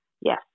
Yes